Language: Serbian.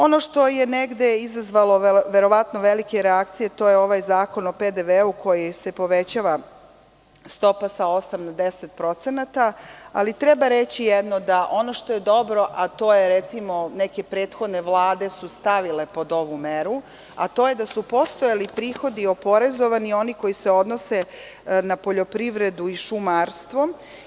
Ono što je negde izazvalo verovatno velike reakcije, to je ovaj zakon o PDV kojim se povećava stopa sa 8% na 10%, ali treba reći jedno, da ono što je dobro, a to je recimo, neke prethodne Vlade su stavile pod ovu meru, a to je da su postojali prihodi oporezovani i oni koji se odnose na poljoprivredu i šumarstvo.